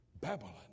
Babylon